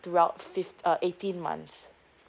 throughout fifty uh eighteen month